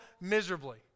miserably